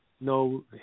No